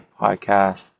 podcast